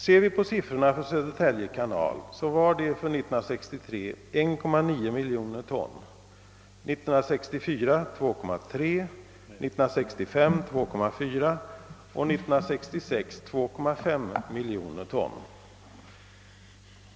Ser vi på siffrorna för Södertälje kanal var de 1,9 miljon ton år 1963, 2,3 år 1964, 2,4 år 1965 och 2,5 miljoner ton år 1966.